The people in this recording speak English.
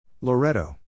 Loretto